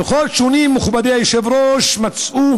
דוחות שונים, מכובדי היושב-ראש, מצאו